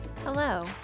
Hello